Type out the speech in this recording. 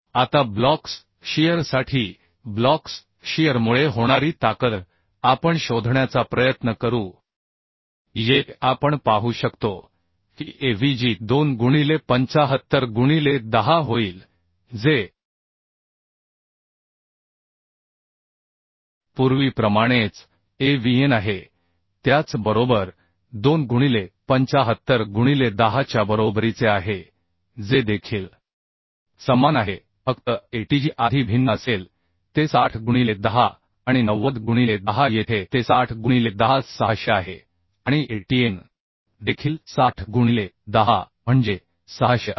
आता ब्लॉक्स शीअरसाठी ब्लॉक्स शीअरमुळे होणारी ताकद आपण शोधण्याचा प्रयत्न करू येथे आपण पाहू शकतो की Avg 2 गुणिले 75 गुणिले 10 होईल जे पूर्वीप्रमाणेच Avn आहे त्याच बरोबर 2 गुणिले 75 गुणिले 10 च्या बरोबरीचे आहे जे देखील समान आहे फक्त Atg आधी भिन्न असेल ते 60 गुणिले 10 आणि 90 गुणिले 10येथे ते 60 गुणिले 10 600 आहे आणि Atn देखील 60 गुणिले 10 म्हणजे 600 असेल